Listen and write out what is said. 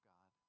God